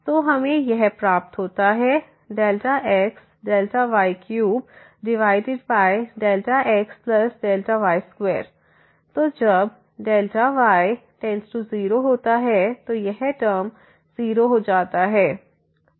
तो हमें यह प्राप्त होता है ΔxΔy3ΔxΔy2 तो जब Δy→0 होता है तो यह टर्म 0 हो जाता है